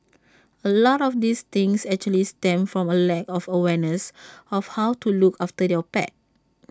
A lot of these things actually stem from A lack of awareness of how to look after your pet